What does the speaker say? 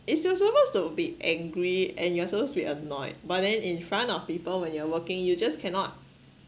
it's so supposed to be angry and you are supposed to be annoyed but then in front of people when you're working you just cannot